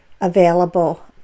available